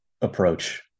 approach